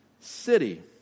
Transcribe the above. city